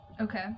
Okay